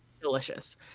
Delicious